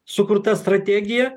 sukurta strategija